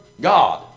God